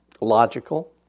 logical